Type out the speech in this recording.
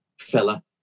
fella